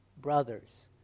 brothers